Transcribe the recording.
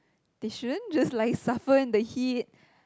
they shouldn't just like suffer in the heat